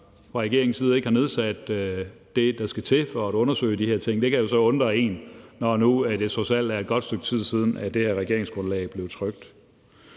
fra regeringens side ikke har nedsat det, der skal til for at undersøge de her ting, kan jo så undre en, når det nu trods alt er et godt stykke tid siden, at det her regeringsgrundlag blev trykt.